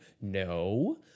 No